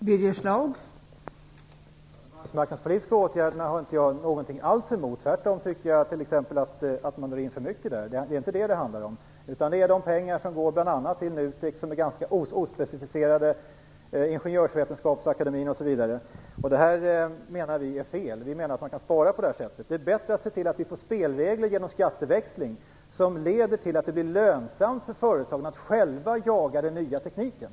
Fru talman! Arbetsmarknadspolitiska åtgärder har jag alls inget emot. Tvärtom tycker jag t.ex. att man drar in för mycket där, så det är inte det som det handlar om. I stället handlar det om de ganska så ospecificerade pengar som går till NUTEK, till Ingenjörsvetenskapsakademien osv. Vi menar att det är fel och att man i stället kan spara. Det är bättre att se till att vi genom skatteväxling får spelregler som leder till att det blir lönsamt för företagen att själva jaga den nya tekniken.